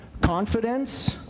Confidence